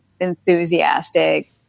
enthusiastic